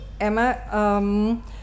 Emma